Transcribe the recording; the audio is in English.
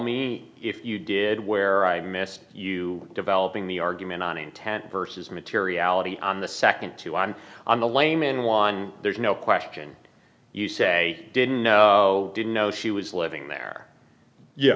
me if you did where i missed you developing the argument on intent versus materiality on the nd two i'm on the layman one there's no question you say didn't know didn't know she was living there ye